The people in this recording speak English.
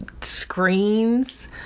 screens